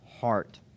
heart